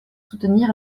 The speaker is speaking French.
soutenir